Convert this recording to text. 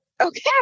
okay